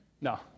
No